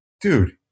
dude